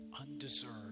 undeserved